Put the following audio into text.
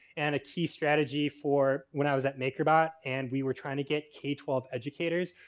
and a key strategy for when i was at makerbot and we were trying to get k twelve educators.